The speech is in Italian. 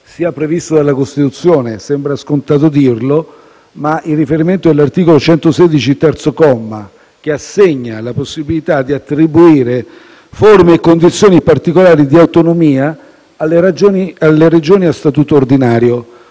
sia previsto dalla Costituzione - sembra scontato dirlo - con riferimento all'articolo 116, terzo comma, che assegna la possibilità di attribuire forme e condizioni particolari di autonomia alle Regioni a Statuto ordinario.